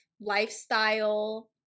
lifestyle